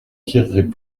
tireraient